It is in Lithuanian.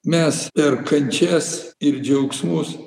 mes per kančias ir džiaugsmus